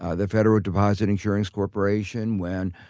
ah the federal deposit insurance corporation, when